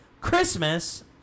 Christmas